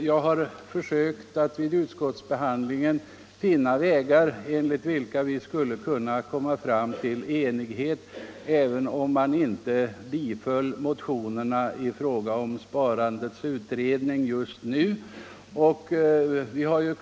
Under utskottets behandling har jag också försökt att finna vägar att nå enighet härom, även om motionerna om en utredning av sparandet inte just nu skulle bifallas.